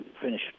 finish